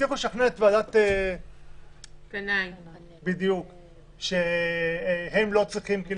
הם הצליחו לשכנע את ועדת קנאי שהם לא צריכים את זה,